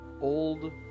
old